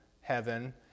heaven